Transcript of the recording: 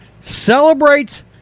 celebrates